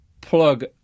plug